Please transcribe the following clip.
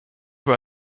why